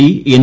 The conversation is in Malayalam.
D N